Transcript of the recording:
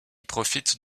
profitent